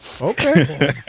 Okay